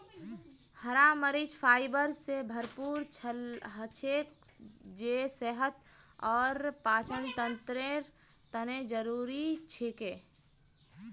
हरा मरीच फाइबर स भरपूर हछेक जे सेहत और पाचनतंत्रेर तने जरुरी छिके